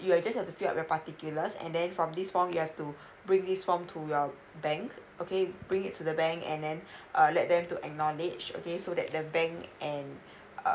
you just have to fill up your particulars and then from this from you have to bring this form to your bank okay bring it to the bank and then uh let them to acknowledge okay so that the bank and uh